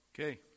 okay